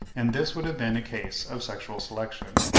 and this would have been a case of sexual selection.